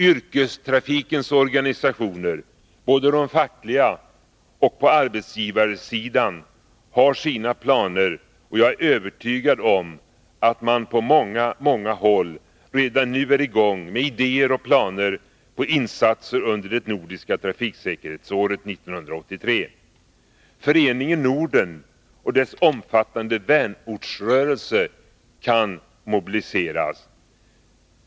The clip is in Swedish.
Yrkestrafikens organisationer — både de fackliga och de på arbetsgivarsidan — har sina planer, och jag är övertygad om att man på många håll redan nu är i gång med idéer och planer på insatser under det nordiska trafiksäkerhetsåret 1983. Föreningen Norden och dess omfattande vänortsrörelse kan mobiliseras!